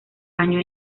año